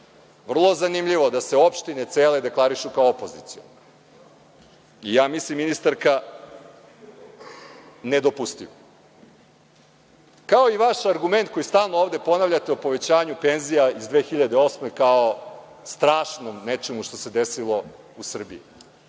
Vrlo zanimljivo da se opštine cele deklarišu kao opozicione. Ja mislim ministarka da je nedopustiv. Kao i vaš argument koji stalno ovde ponavljate o povećanju penzija iz 2008. godine kao o strašnom nečemu šta se desilo u Srbiji,